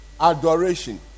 Adoration